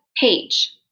page